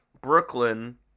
Brooklyn